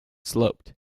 sloped